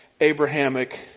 Abrahamic